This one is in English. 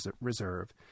Reserve